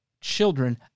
children